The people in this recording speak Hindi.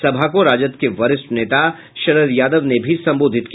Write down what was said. सभा को राजद के वरिष्ठ नेता शरद यादव ने भी संबोधित किया